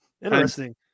Interesting